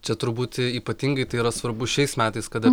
čia turbūt ypatingai tai yra svarbu šiais metais kada